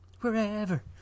Wherever